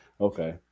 okay